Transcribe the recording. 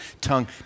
tongue